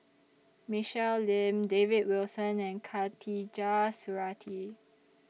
Michelle Lim David Wilson and Khatijah Surattee